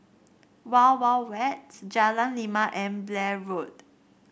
Wild Wild Wet Jalan Lima and Blair Road